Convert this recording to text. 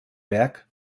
berg